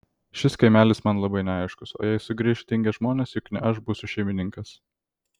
šis kaimelis man labai neaiškus o jei sugrįš dingę žmonės juk ne aš būsiu šeimininkas